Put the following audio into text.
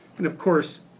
and of course,